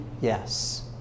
yes